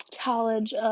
college